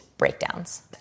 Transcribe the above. breakdowns